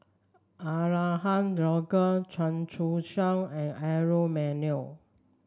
Abraham Logan Chia Choo Suan and Aaron Maniam